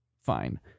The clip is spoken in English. Fine